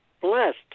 blessed